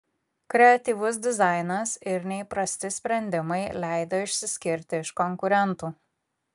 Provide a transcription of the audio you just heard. kreatyvus dizainas ir neįprasti sprendimai leido išsiskirti iš konkurentų